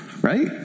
right